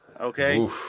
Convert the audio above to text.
Okay